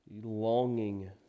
Longing